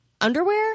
underwear